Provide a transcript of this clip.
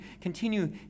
continue